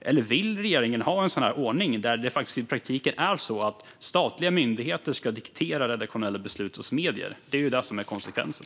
Eller vill regeringen ha en ordning där i praktiken statliga myndigheter ska diktera redaktionella beslut hos medier? Det är ju det som blir konsekvensen.